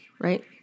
right